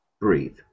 breathe